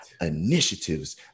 initiatives